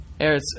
Eretz